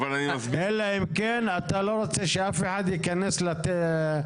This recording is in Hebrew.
אלא אם כן אתה לא רוצה שאף אחד ייכנס לשטח.